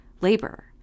labor